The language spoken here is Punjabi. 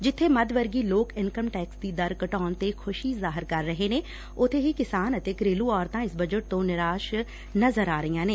ਜਿਥੇ ਮੱਧ ਵਰਗੀ ਲੋਕ ਇਨਕਮ ਟੈਕਸ ਦੀ ਦਰ ਘਟਾਉਣ ਤੇ ਖੁਸ਼ੀ ਜਾਹਿਰ ਕਰ ਰਹੇ ਨੇ ਉਂਬੇ ਕਿਸਾਨ ਅਤੇ ਘਰੇਲੁ ਔਰਤਾਂ ਇਸ ਬੱਜਟ ਤੋਂ ਨਿਰਾਸ਼ ਨਜਰ ਆ ਰਹੀਆਂ ਨੇ